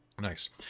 Nice